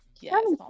Yes